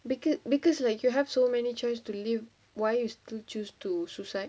because because like you have so many choice to leave why you still choose to suicide